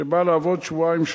שבא לעבוד שבועיים,